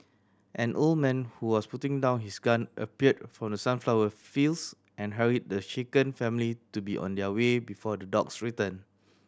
an old man who was putting down his gun appeared from the sunflower fields and hurried the shaken family to be on their way before the dogs return